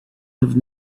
have